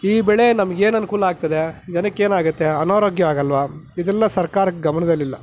ಈ ಬೆಳೆ ನಮಗೇನು ಅನುಕೂಲ ಆಗ್ತದೆ ಜನಕ್ಕೇನಾಗತ್ತೆ ಅನಾರೋಗ್ಯ ಆಗಲ್ವಾ ಇದೆಲ್ಲ ಸರ್ಕಾರಕ್ಕೆ ಗಮನದಲ್ಲಿಲ್ಲ